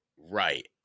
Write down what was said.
right